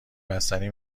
بستنی